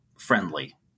friendly